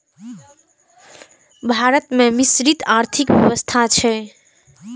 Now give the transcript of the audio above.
भारत मे मिश्रित आर्थिक व्यवस्था छै